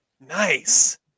Nice